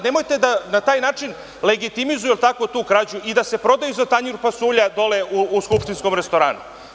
Nemojte na taj način da legitimizuju, jel tako, tu krađu i da se prodaju za tanjir pasulja dole u skupštinskom restoranu.